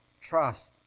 trust